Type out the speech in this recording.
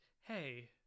Hey